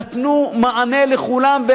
נתנו מענה לכולם,